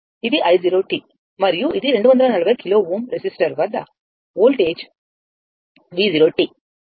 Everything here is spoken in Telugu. ఇది i0 మరియు ఇది 240 కిలోΩ రెసిస్టర్ వద్ద వోల్టేజ్ V0